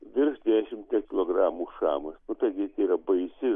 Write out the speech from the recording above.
virš dvidešimties kilogramų šamas nu tai yra baisi